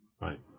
Right